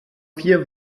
vier